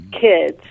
kids